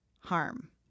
harm